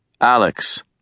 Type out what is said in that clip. Alex